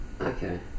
Okay